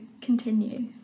continue